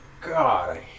God